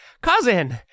cousin